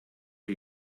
are